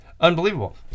unbelievable